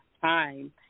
time